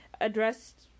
addressed